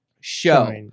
show